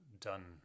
done